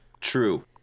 True